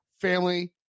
family